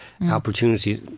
opportunities